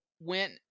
went